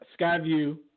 Skyview